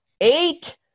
eight